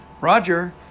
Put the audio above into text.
Roger